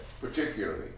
particularly